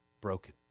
broken